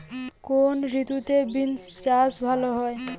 কোন ঋতুতে বিন্স চাষ ভালো হয়?